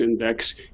index